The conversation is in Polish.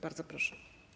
Bardzo proszę.